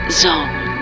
zone